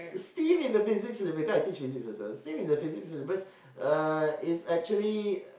steam in the physics syllabus because I teach physics also steam in the physics syllabus uh is actually